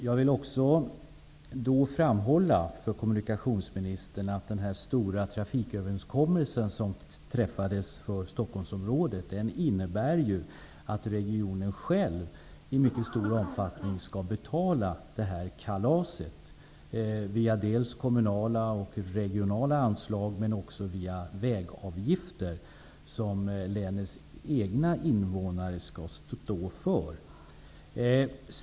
Jag vill också framhålla för kommunikationsministern att den stora trafiköverenskommelse som träffades för Stockholmsområdet innebär att regionen själv i mycket stor omfattning skall betala det här kalaset dels via kommunala och regionala anslag, dels via vägavgifter som länets egna invånare skall stå för.